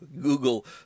Google